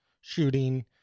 shooting